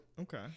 Okay